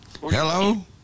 Hello